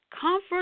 comfort